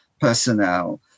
personnel